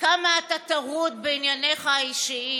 עד כמה אתה טרוד בענייניך האישיים.